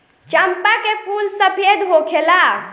चंपा के फूल सफेद होखेला